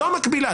זו המקבילה,